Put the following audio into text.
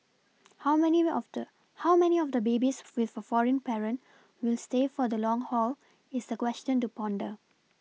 how many of the how many of the babies with a foreign parent will stay for the long haul is a question to ponder